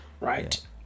right